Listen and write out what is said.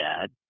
dad